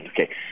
Okay